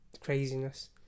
craziness